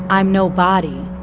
i'm no body.